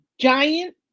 giant